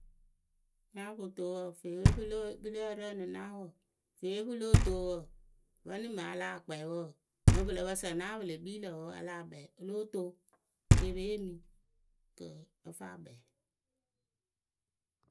Naapoto wǝǝ fee pɨ loo pɨ lǝ́ǝ rǝǝnɨ naawǝ fee pɨ lóo too wǝ Vǝnɨŋ mɨŋ a lah kpɛɛ wǝ mɨŋ pɨ lǝ pǝ sǝ naawǝ pɨ le kpii lǝ wǝ a lah kpɛ o lóo to kɨ e pe yee mɨ kɨ ǝ fɨ a kpɛɛ.